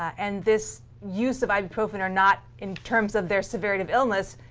and this use of ibuprofen are not, in terms of their severity of illness,